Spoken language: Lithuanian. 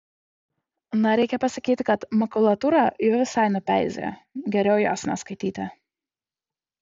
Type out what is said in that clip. na reikia pasakyti kad makulatūra jau visai nupeizėjo geriau jos neskaityti